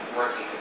working